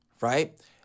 right